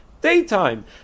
Daytime